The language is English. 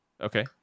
Okay